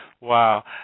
Wow